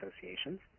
associations